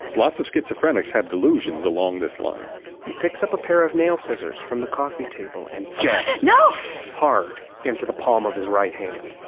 lots of schizophrenics have delusions along this line he picks up a pair of nail scissors from the coffee table and gets yeah you know hard into the palm of his right hand